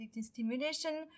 stimulation